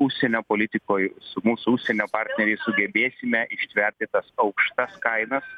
užsienio politikoj su mūsų užsienio partneriais sugebėsime ištverti tas aukštas kainas